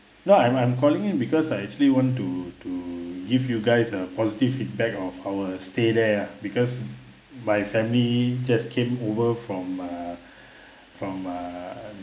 no I'm I'm calling you because I actually want to to give you guys uh positive feedback of our stay there ah because my family just came over from err from err